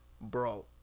bro